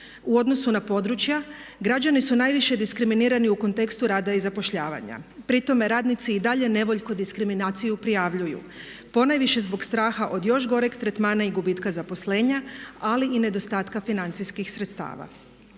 U odnosu na područja građani su najviše diskriminirani u kontekstu rada i zapošljavanja. Pri tome radnici i dalje nevoljko diskriminaciju prijavljuju ponajviše zbog straha od još goreg tretmana i gubitka zaposlenja, ali i nedostatka financijskih sredstava.